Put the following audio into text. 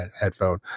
headphone